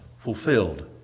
fulfilled